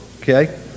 okay